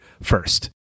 first